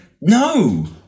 no